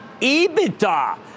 EBITDA